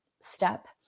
step